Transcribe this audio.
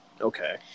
Okay